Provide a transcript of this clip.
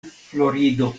florido